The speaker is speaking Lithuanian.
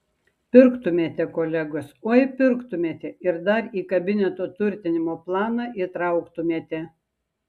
pirktumėte kolegos oi pirktumėte ir dar į kabineto turtinimo planą įtrauktumėte